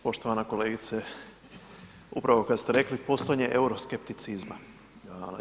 Poštovana kolegice, upravo kad ste rekli, postojanje euroskepticizma.